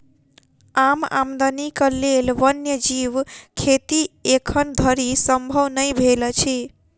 आम आदमीक लेल वन्य जीव खेती एखन धरि संभव नै भेल अछि